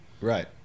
Right